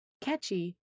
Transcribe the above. Catchy